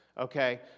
okay